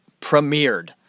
premiered